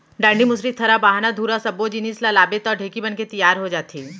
डांड़ी, मुसरी, थरा, बाहना, धुरा सब्बो जिनिस ल लगाबे तौ ढेंकी बनके तियार हो जाथे